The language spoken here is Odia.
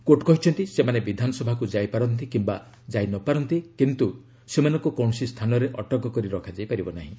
କୋର୍ଟ୍ କହିଛନ୍ତି ସେମାନେ ବିଧାନସଭାକୁ ଯାଇପାରନ୍ତି କିମ୍ବା ଯାଇ ନପାରନ୍ତି କିନ୍ତୁ ସେମାନଙ୍କୁ କୌଣସି ସ୍ଥାନରେ ଅଟକ କରି ରଖାଯାଇ ପାରିବ ନାହିଁ